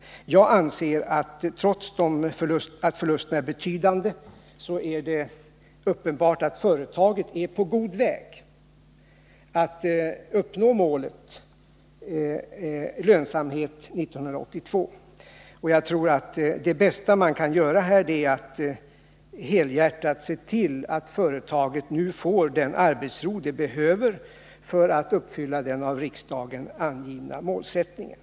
Jag anser att det, trots att förlusterna är betydande, är uppenbart att företaget nu är på god väg att uppnå målet lönsamhet 1982. Jag tror att det bästa man kan göra här är att helhjärtat se till att företaget nu får den arbetsro det behöver för att uppnå den av riksdagen angivna målsättningen.